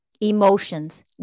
emotions